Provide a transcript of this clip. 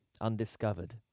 undiscovered